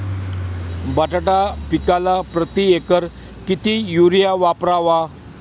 बटाटा पिकाला प्रती एकर किती युरिया वापरावा?